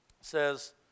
says